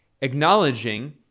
acknowledging